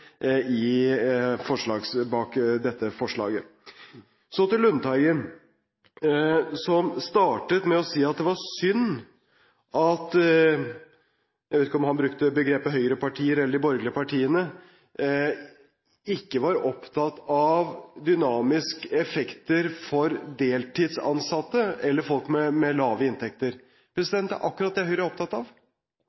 som står bak dette forslaget. Så til Lundteigen, som startet med å si at det var synd at «høyrepartiene» eller «de borgerlige partiene» – jeg vet ikke hvilket begrep han brukte – ikke var opptatt av dynamiske effekter for deltidsansatte eller folk med lave inntekter.